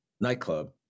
nightclub